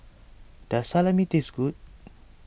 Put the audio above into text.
does Salami taste good